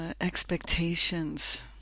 expectations